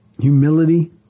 Humility